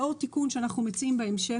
לאור תיקון שאנחנו מציעים בהמשך,